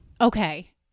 okay